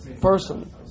person